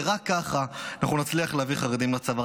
ורק ככה נצליח להביא חרדים לצבא,